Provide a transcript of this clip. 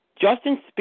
Justin